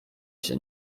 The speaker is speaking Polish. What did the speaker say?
się